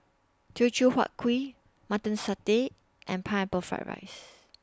Teochew Huat Kuih Mutton Satay and Pineapple Fried Rice